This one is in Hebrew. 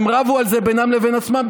הם רבו על זה בינם לבין עצמם,